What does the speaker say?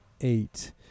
eight